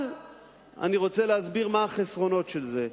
אבל אני רוצה להסביר מהם החסרונות של זה,